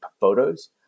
photos